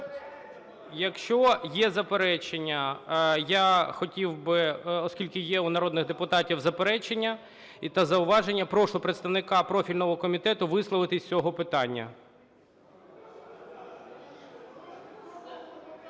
Якщо є заперечення, я хотів би, оскільки є у народних депутатів заперечення та зауваження, прошу представника профільного комітету висловитися з цього питання.